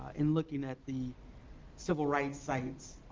and looking at the civil rights sites